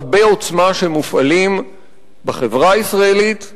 רבי-עוצמה שמופעלים בחברה הישראלית,